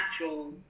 natural